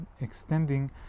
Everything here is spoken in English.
extending